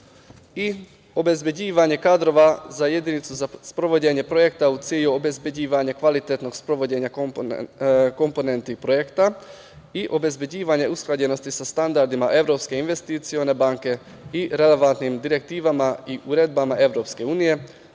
obezbeđivanje kadrova za jedinicu za sprovođenje projekta u cilju obezbeđivanja kvalitetnog sprovođenja komponenti projekta i obezbeđivanje usklađenosti sa standardima Evropske investicione banke i relevantnim direktivama i uredbama EU, što uključuje